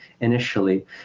initially